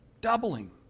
doubling